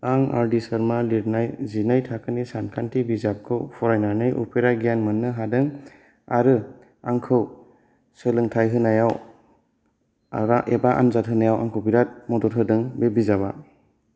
आं R D Sharma लिरनाय जिनाय थाखायनो सानखान्थि बिजाबखौ फरायनानै उफेरा ग्यान मोन्नो हादों आरो आंखौ सोलोंथाइ होनायाव माबा एबा आन्जाद होनायाव आंखौ बिराद मदद होदों बे बिजाबा